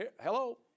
Hello